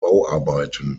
bauarbeiten